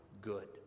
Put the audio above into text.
good